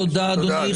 תודה, אדוני.